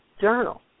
journal